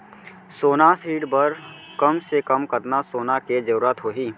सोना ऋण बर कम से कम कतना सोना के जरूरत होही??